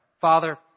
Father